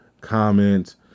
comment